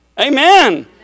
Amen